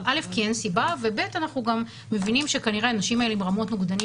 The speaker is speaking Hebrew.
כי אין סיבה ובית אנחנו גם מבינים שכנראה אנשים האלה ברמות נוגדנים